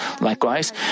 Likewise